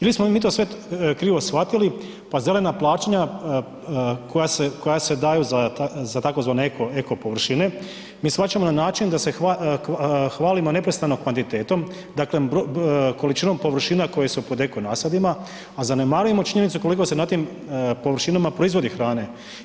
Ili smo mi to sve krivo shvatili, pa zelena plaćanja koja se, koja se daju za tzv. eko površine, mi shvaćamo na način da se hvalimo neprestano kvantitetom, dakle količinom površina koje su pod eko nasadima, a zanemarujemo činjenicu koliko se na tim površinama proizvodi hrane.